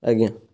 ଆଜ୍ଞା